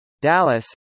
Dallas